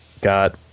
got